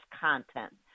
content